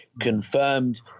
confirmed